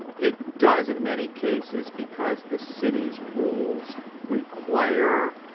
it does in many cases, because the city's rules require,